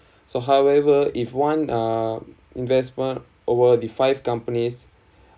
so however if one uh investment over the five companies